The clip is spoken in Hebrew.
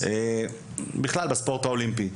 בכלל, בספורט האולימפי.